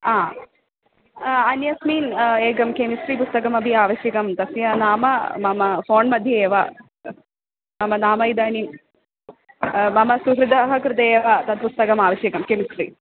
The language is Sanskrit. अ अन्यस्मिन् एकं केमिस्ट्रि पुस्तकमपि आवश्यकं तस्य नाम मम फ़ोण्मध्ये एव मम नाम इदानीं मम सुहृदः कृते एव तत् पुस्तकम् आवश्यकं केमिस्ट्रि